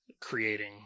creating